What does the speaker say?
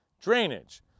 drainage